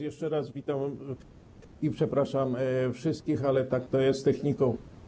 Jeszcze raz witam i przepraszam wszystkich, ale tak to jest z techniką.